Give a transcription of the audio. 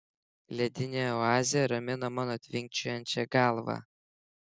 ledinė oazė ramino mano tvinkčiojančią galvą